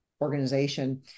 organization